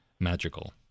magical